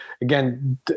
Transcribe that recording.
again